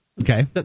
Okay